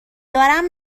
دارم